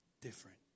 different